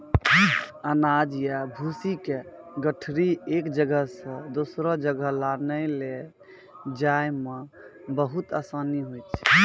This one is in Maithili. अनाज या भूसी के गठरी एक जगह सॅ दोसरो जगह लानै लै जाय मॅ बहुत आसानी होय छै